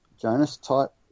Jonas-type